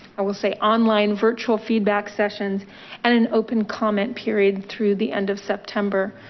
i will say, online virtual feedback sessions and an open comment period through the end of september,